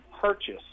purchase